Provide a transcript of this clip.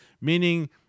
meaning